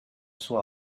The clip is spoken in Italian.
sua